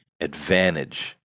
advantage